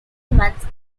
months